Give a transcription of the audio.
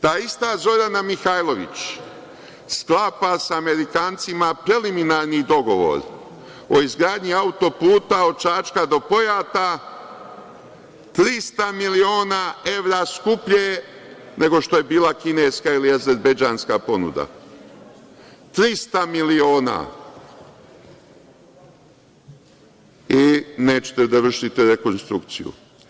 Ta ista Zorana Mihajlović sklapa sa Amerikancima preliminarni dogovor o izgradnji autoputa od Čačka do Pojata 300 miliona evra skuplje nego što je bila kineska ili azerbejdžanska ponuda, 300 miliona i nećete da vršite rekonstrukciju.